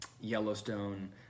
Yellowstone